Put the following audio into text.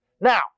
Now